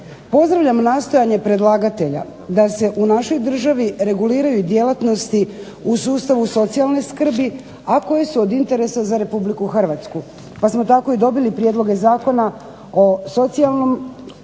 pozdravljam nastojanje predlagatelja da se u našoj državi reguliraju djelatnosti u sustavu socijalne skrbi, a koje su od interesa za RH. Pa smo tako i dobili prijedloge Zakona o socijalnom, o djelatnosti